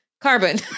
carbon